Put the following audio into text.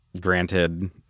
granted